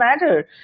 matter